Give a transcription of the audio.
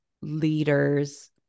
leaders